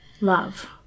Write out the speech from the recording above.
love